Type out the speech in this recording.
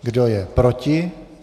Kdo je proti?